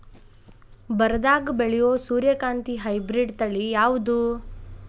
ಬರದಾಗ ಬೆಳೆಯೋ ಸೂರ್ಯಕಾಂತಿ ಹೈಬ್ರಿಡ್ ತಳಿ ಯಾವುದು?